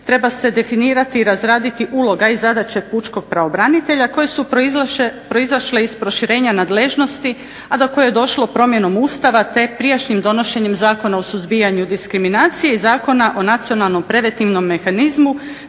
treba se definirati i razraditi uloga i zadaće pučkog pravobranitelja koje su proizašle iz proširenja nadležnosti a do koje je došlo promjenom Ustava te prijašnjim donošenjem Zakona o suzbijanju i diskriminaciji i Zakona o nacionalnom preventivnom mehanizmu